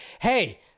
Hey